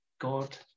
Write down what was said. God